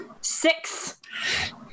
six